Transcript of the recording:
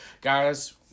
guys